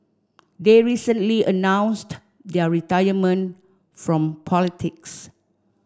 they recently announced their retirement from politics